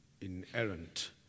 inerrant